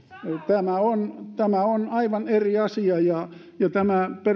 tämä on on aivan eri asia ja tämä